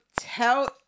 tell